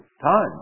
time